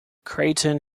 creighton